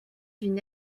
d’une